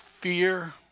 fear